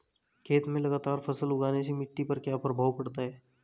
खेत में लगातार फसल उगाने से मिट्टी पर क्या प्रभाव पड़ता है?